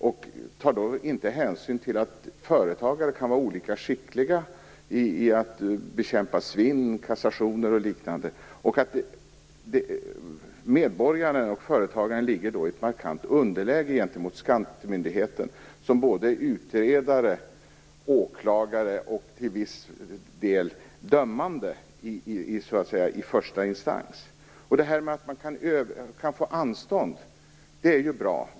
Man tar då inte hänsyn till att företagare kan vara olika skickliga i att bekämpa svinn, kassationer och liknande. Medborgaren och företagen hamnar då i ett markant underläge gentemot skattemyndigheten som både utredare och åklagare och till viss del även dömande i första instans. Att man kan få anstånd är ju bra.